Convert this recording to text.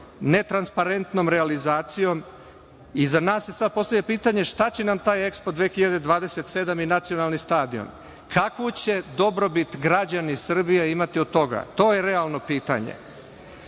netransparentnom realizacijom i za nas se sada postavlja pitanje – šta ne nam taj EKSPO 2027 i nacionalni stadion, kakvu će dobrobit građani Srbije imati od toga? To je realno pitanje. Moje